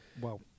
wow